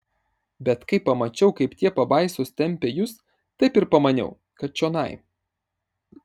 bet kai pamačiau kaip tie pabaisos tempia jus taip ir pamaniau kad čionai